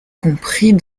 compris